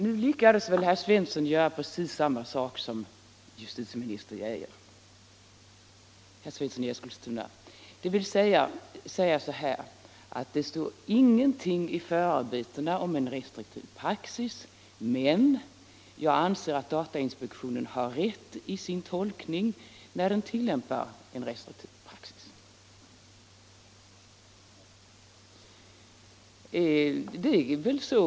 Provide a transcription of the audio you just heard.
Nu lyckades herr Svensson i Eskilstuna göra precis samma sak som justitieminister Geijer, dvs. förklara att det står ingenting i förarbetena om en restriktiv praxis, men ändå anse att datainspektionen har rätt i sin tolkning när den tillämpar en restriktiv praxis.